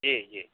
जी जी